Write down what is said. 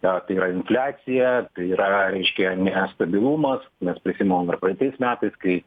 tai yra infliacija tai yra ra reiškia nestabilumas mes prisimenam ir praeitais metais kai